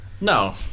No